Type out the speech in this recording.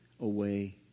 away